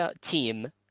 team